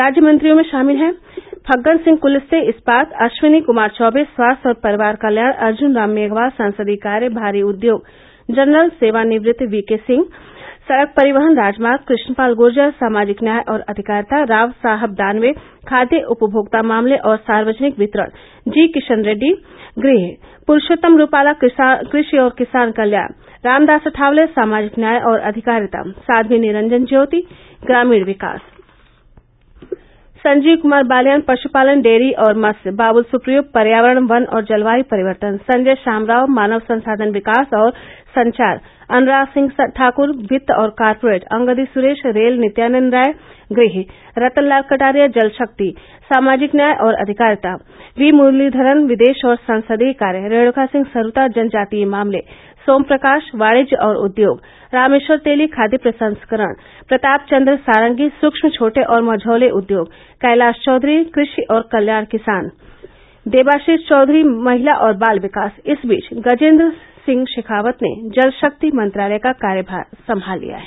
राज्य मंत्रियों में शामिल हैं फग्गनसिंह कुलस्ते इस्पात अश्विनी कुमार चौबे स्वास्थ्य और परिवार कल्याण अर्जुन राम मेघवाल संसदीय कार्य भारी उद्योग जनरल सेवानिवृत्त यी के सिंह सड़क परिवहन राजमार्ग कृष्णपाल ग्र्जर सामाजिक न्याय और अधिकारिता राव साहब दानवे खाद्य उपमोक्ता मामले और सार्वजनिक वितरण जी किशन रेड्डी गृह पुरुषोत्तम रूपाला कृषि और किसान कल्याण रामदास अठावले सामाजिक न्याय और अधिकारिता साध्वी निरंजन ज्योति ग्रामीण विकास संजीव क्मार बालियान पश्पालन डेयरी और मत्स्य बाबुल सुप्रियो पर्यावरण वन और जलवायु परिवर्तन संजय शामराव मानव संसाधन विकास और संचार अनुराग सिंह ठाकुर वित्त और कॉरपोरेट अंगदी सुरेश रेल नित्यानंद राय गृह रतन लाल कटारिया जल शक्ति सामाजिक न्याय और अधिकारिता वी मुरलीधरन विदेश और संसदीय कार्य रेणुका सिंह सरुता जनजातीय मामले सोम प्रकाश वाणिज्य और उद्योग रामेश्वर तेली खाद्य प्रसंस्करण प्रताप चंद्र सारंगी सूक्षम छोटे और मझौले उद्योग कैलाश चैघरी कृषि और कल्याण किसान देबाश्री चौघरी महिला और बाल विकास इस बीच गजेन्द्र सिंह शेखावत ने जल शक्ति मंत्रालय का कार्यभार संभाल लिया है